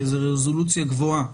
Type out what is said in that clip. כי זו רזולוציה גבוהה.